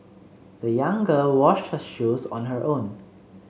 the young girl washed her shoes on her own